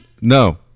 No